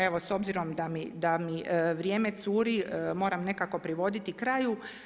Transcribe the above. Evo s obzirom da mi vrijeme curi, moram nekako privoditi kraju.